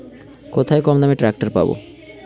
কোথায় কমদামে ট্রাকটার পাব?